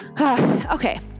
okay